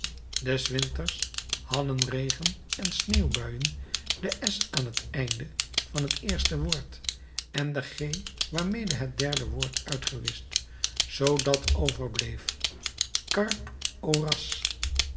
des winters hadden regen en sneeuwbuien de s aan het einde van het eerste woord en de g waarmede het derde begon uitgewischt zoodat overbleef carpe